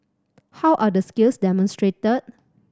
how are the skills demonstrated